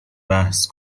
بحث